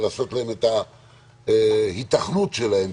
לעשות להם את ההיתכנות שלהם.